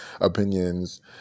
opinions